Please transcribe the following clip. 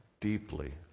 deeply